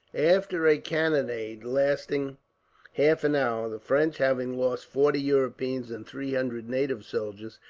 after a cannonade lasting half an hour, the french, having lost forty european and three hundred native soldiers,